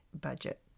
budget